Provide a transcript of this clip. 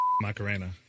macarena